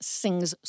sings